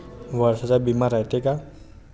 वर्षाचा बिमा रायते का?